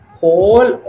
whole